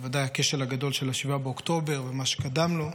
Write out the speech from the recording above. בוודאי הכשל הגדול של 7 באוקטובר ומה שקדם לו,